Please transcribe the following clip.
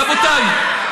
רבותיי,